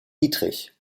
dietrich